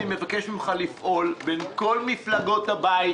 אני מבקש ממך לפעול בין כל מפלגות הבית,